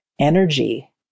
Energy